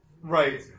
Right